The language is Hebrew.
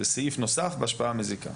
זה סעיף נוסף בהשפעה מזיקה.